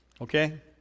okay